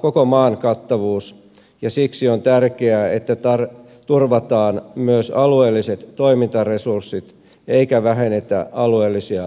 koko maan kattavuus ja siksi on tärkeää että turvataan myös alueelliset toimintaresurssit eikä vähennetä alueellisia lähetysaikoja